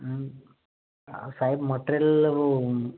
अहो साहेब मटेरियल होऊन